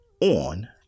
on